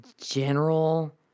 general